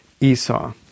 Esau